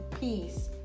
peace